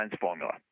formula